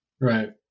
right